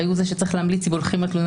הרי הוא זה שצריך להמליץ אם הולכים עם התלונה